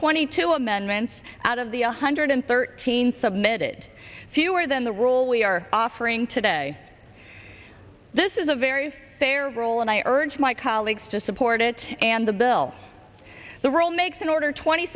twenty two amendments out of the hundred thirteen submitted fewer than the roll we are offering today hey this is a very fair role and i urge my colleagues to support it and the bill the role makes in order twenty